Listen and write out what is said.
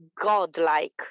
godlike